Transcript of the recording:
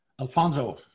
Alfonso